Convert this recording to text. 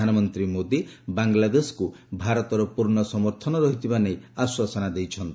ପ୍ରଧାନମନ୍ତ୍ରୀ ମୋଦୀ ବାଂଲାଦେଶକୁ ଭାରତର ପୂର୍ଣ୍ଣ ସମର୍ଥନ ରହିଥିବା ନେଇ ଆଶ୍ୱାସନା ଦେଇଛନ୍ତି